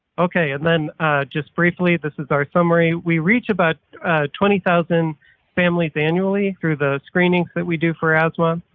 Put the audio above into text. okay and then just briefly, this is our summary. we reach about twenty thousand families annually through the screenings that we do for asthma.